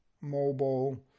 mobile